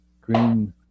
green